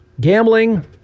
Gambling